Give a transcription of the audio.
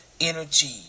energy